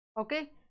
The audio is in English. okay